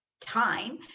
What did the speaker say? time